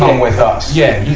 with us. yeah.